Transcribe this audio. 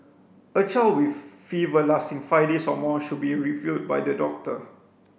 a child with fever lasting five days or more should be reviewed by the doctor